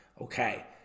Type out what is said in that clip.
okay